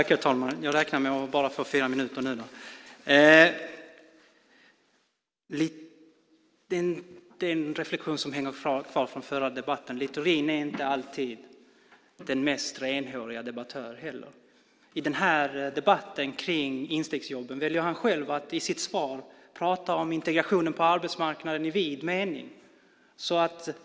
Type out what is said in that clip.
Herr talman! Jag har en reflexion som hänger kvar från den förra debatten: Littorin är inte alltid den mest renhårige debattören heller. I det här svaret kring instegsjobben väljer han själv att prata om integrationen på arbetsmarknaden i vid mening.